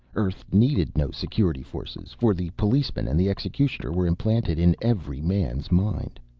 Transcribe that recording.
earth needed no security forces, for the policeman and the executioner were implanted in every man's mind.